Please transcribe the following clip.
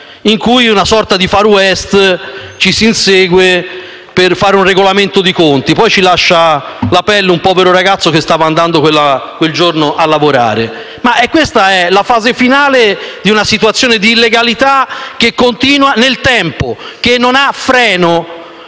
in cui, in una sorta di *far west*, ci si insegue per fare un regolamento di conti; poi ci lascia la pelle un povero ragazzo che quel giorno stava andando a lavorare. Questa è la fase finale di una situazione di illegalità che continua nel tempo, che non ha freno.